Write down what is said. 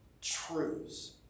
truths